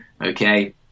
Okay